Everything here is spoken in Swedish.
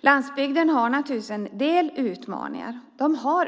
Landsbygden har naturligtvis en del utmaningar att möta.